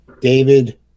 David